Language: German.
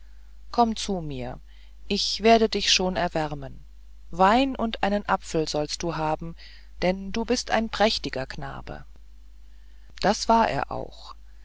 komm zu mir ich werde dich schon erwärmen wein und einen apfel sollst du haben denn du bist ein prächtiger knabe das war er auch